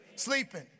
sleeping